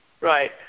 Right